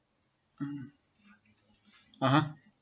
mm (uh huh)